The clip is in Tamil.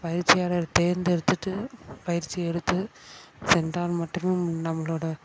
பயிற்சியாளரை தேர்ந்தெடுத்துகிட்டு பயிற்சி எடுத்து சென்றால் மட்டுமே நம்ளோட